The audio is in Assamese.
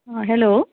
অ' হেল্ল'